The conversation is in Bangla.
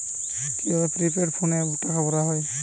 কি ভাবে প্রিপেইড ফোনে টাকা ভরা হয়?